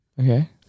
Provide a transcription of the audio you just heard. Okay